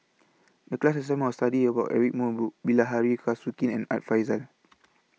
The class assignment was to study about Eric Moo Bilahari Kausikan and Art Fazil